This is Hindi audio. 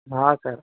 हाँ सर